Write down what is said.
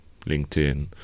LinkedIn